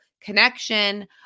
connection